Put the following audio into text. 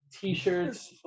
t-shirts